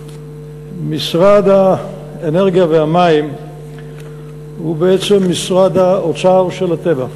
משרד האנרגיה והמים הוא בעצם משרד האוצר של הטבע.